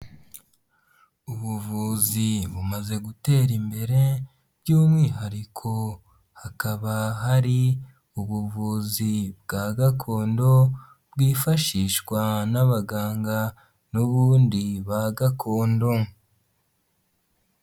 Ubuvuzi bumaze gutera imbere by'umwihariko, hakaba hari ubuvuzi bwa gakondo bwifashishwa n'abaganga n'ubundi ba gakondo.